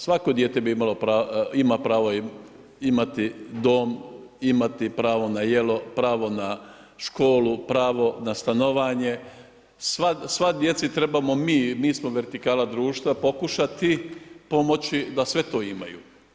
Svako dijete ima pravo imati dom, imati pravo na jelo, pravo na školu, pravo na stanovanje, svoj djeci trebamo mi, mi smo vertikala društva, pokušati pomoći da sve to imaju.